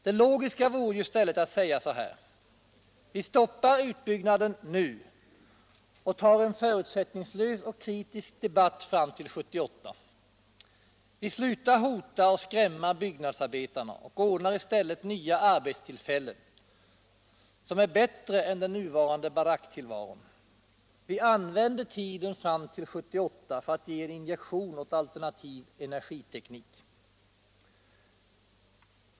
Det logiska vore ju i stället att säga så här: Vi stoppar utbyggnaden nu och tar en förutsättningslös och kritisk debatt fram till 1978. Vi slutar hota och skrämma byggnadsarbetarna och ordnar i stället nya arbetstillfällen, som är bättre än den nuvarande baracktillvaron. Vi använder tiden fram till 1978 för att ge en injektion åt alternativ energiteknik.